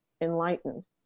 enlightened